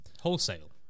Wholesale